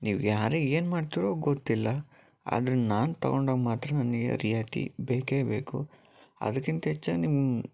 ನೀವು ಯಾರೇ ಏನು ಮಾಡ್ತೀರೋ ಗೊತ್ತಿಲ್ಲ ಆದರೆ ನಾನು ತಗೊಂಡಾಗ ಮಾತ್ರ ನನಗೆ ರಿಯಾಯಿತಿ ಬೇಕೆ ಬೇಕು ಅದಕ್ಕಿಂತ ಹೆಚ್ಚಾಗಿ